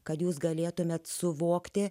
kad jūs galėtumėte suvokti